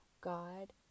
God